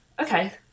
Okay